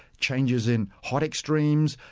changes in hot extremes,